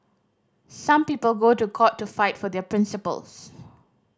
some people go to court to fight for their principles